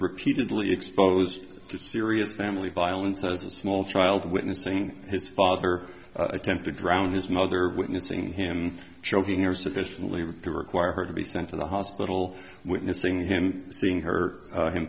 repeatedly exposed to serious family violence as a small child witnessing his father attempted drown his mother witnessing him choking her sufficiently to require her to be sent to the hospital witnessing him seeing her him